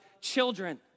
children